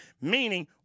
meaning